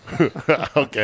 Okay